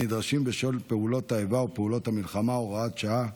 הנדרשים בשל פעולות האיבה או פעולות המלחמה (הוראות שעה,